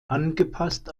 angepasst